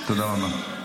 תודה רבה.